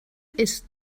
ist